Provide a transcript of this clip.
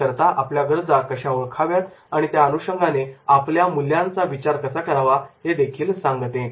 याकरिता आपल्या गरजा कशा ओळखाव्यात आणि त्या अनुषंगाने आपल्या मूल्यांचा विचार कसा करावा हे देखील सांगते